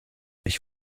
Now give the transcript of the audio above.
ich